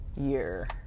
year